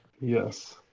Yes